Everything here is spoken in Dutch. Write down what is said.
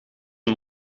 een